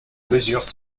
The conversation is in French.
mesure